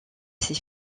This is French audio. ces